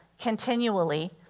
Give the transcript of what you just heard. continually